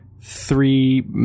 three